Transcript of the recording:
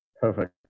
perfect